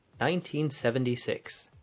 1976